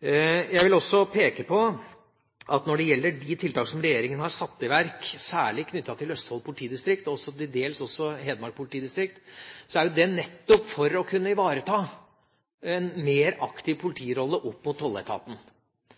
Jeg vil også peke på at når det gjelder de tiltak som regjeringa har satt i verk, særlig knyttet til Østfold politidistrikt og til dels også Hedmark politidistrikt, er det nettopp for å kunne ivareta en mer aktiv politirolle opp mot tolletaten.